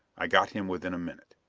i got him within a minute.